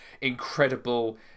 incredible